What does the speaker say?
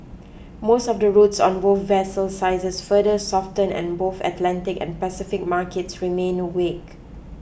most of the routes on both vessel sizes further softened and both Atlantic and Pacific markets remained weak